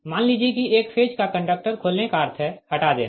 मान लीजिए कि एक फेज का कंडक्टर खोलने का अर्थ है हटा देना